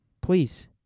Please